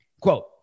Quote